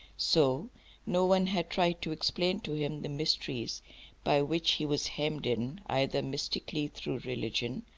so no one had tried to explain to him the mysteries by which he was hemmed in, either mystically through religion,